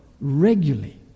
regularly